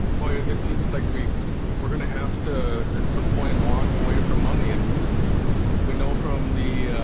well, yeah it seems like we we're gonna have to at some point walk away from money and we know from the